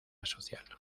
social